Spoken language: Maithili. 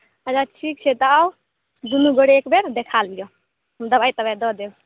अच्छा ठीक छै तऽ आउ दुनू गोटे एकबेर देखा लियऽ दबाइ तबाइ दऽ देब